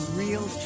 real